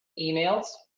emails,